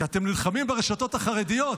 כי אתם נלחמים ברשתות החרדיות,